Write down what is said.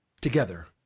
together